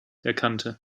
erkannte